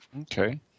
Okay